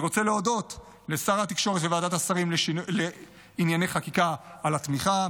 אני רוצה להודות לשר התקשורת וועדת השרים לענייני חקיקה על התמיכה,